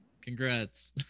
Congrats